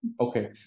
Okay